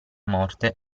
morte